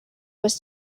was